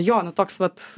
jo nu toks vat